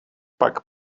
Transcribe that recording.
pak